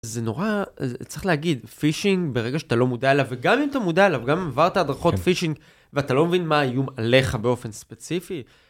זה נורא, צריך להגיד, פישינג ברגע שאתה לא מודע אליו, וגם אם אתה מודע אליו, גם אם עברת הדרכות פישינג, ואתה לא מבין מה איום עליך באופן ספציפי.